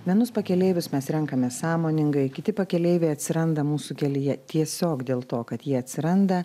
vienus pakeleivius mes renkamės sąmoningai kiti pakeleiviai atsiranda mūsų kelyje tiesiog dėl to kad jie atsiranda